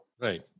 Right